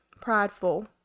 prideful